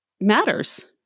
matters